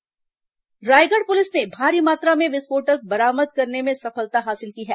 विस्फोटक बरामद रायगढ़ पुलिस ने भारी मात्रा में विस्फोटक बरामद करने में सफलता हासिल की है